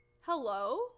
Hello